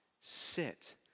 sit